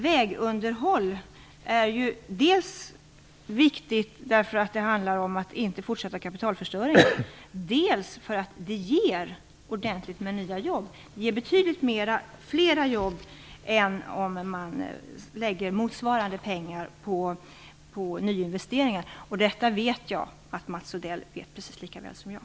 Vägunderhållet är viktigt dels därför att det handlar om att inte fortsätta kapitalförstöringen, dels för att det ger ordentligt med nya jobb. Det ger betydligt fler jobb än om man lägger motsvarande summa pengar på nyinvesteringar. Detta vet jag att Mats Odell känner till precis lika väl som jag.